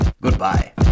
Goodbye